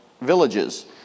villages